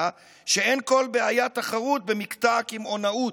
שאין כל בעיית תחרות במקטע הקמעונאות,